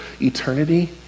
eternity